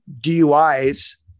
DUIs